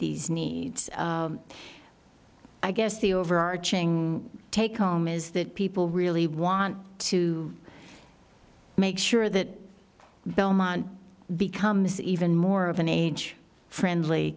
these needs i guess the overarching take home is that people really want to make sure that belmont becomes even more of an age friendly